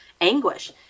anguish